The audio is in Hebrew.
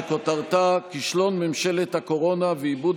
שכותרתה: כישלון ממשלת הקורונה ואיבוד